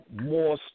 more